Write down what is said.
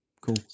cool